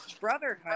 brotherhood